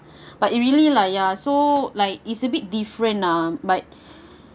but it really lah ya so like is a bit different ah but